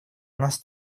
нас